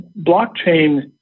blockchain